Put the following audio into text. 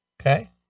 Okay